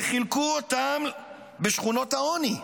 וחילקו אותם בשכונות העוני.